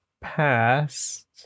past